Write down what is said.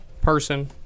person